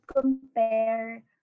compare